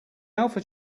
alpha